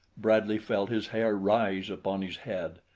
bradley felt his hair rise upon his head.